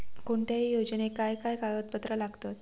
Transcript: कोणत्याही योजनेक काय काय कागदपत्र लागतत?